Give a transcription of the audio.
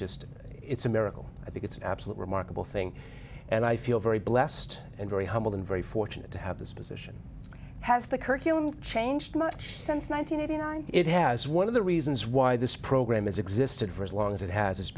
just it's a miracle i think it's absolutely remarkable thing and i feel very blessed and very humbled and very fortunate to have this position has the curriculum changed much since one thousand nine hundred i have one of the reasons why this program has existed for as long as it has